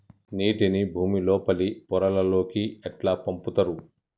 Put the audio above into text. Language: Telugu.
నీటిని భుమి లోపలి పొరలలోకి ఎట్లా పంపుతరు?